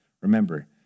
Remember